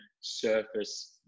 surface